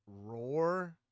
roar